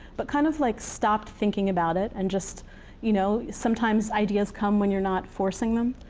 but kind of like stopped thinking about it. and just you know sometimes, ideas come when you're not forcing them.